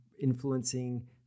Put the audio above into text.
influencing